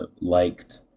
liked